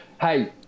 Hey